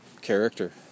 character